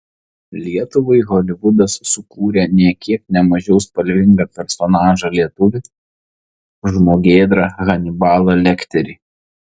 lietuvai holivudas sukūrė nė kiek ne mažiau spalvingą personažą lietuvį žmogėdrą hanibalą lekterį